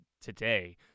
today